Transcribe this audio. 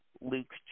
Luke